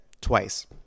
twice